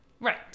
Right